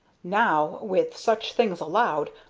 now, with such things allowed,